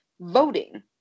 voting